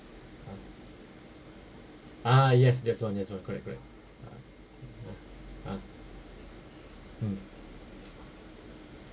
ah ah yes that's one that's one correct correct ah ah ah mm